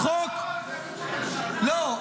למה --- לא.